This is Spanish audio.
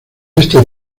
este